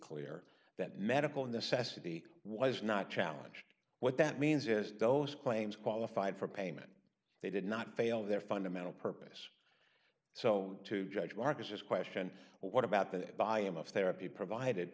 clear that medical necessity was not challenged what that means is those claims qualified for payment they did not fail their fundamental purpose so to judge marcus's question what about the buy him of therapy provided